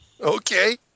Okay